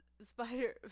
Spider